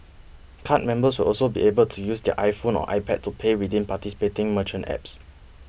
card members will also be able to use their iPhone or iPad to pay within participating merchant apps